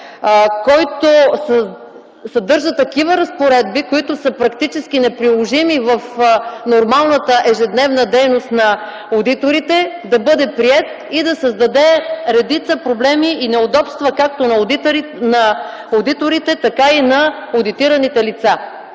който съдържа такива разпоредби, които са практически неприложими в нормалната ежедневна дейност на одиторите, да бъде приет и да създаде редица проблеми и неудобства както на одиторите, така и на одитираните лица.